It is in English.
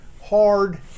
hard